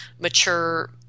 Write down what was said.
mature